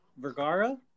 Vergara